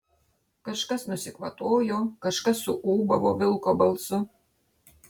kažkas nusikvatojo kažkas suūbavo vilko balsu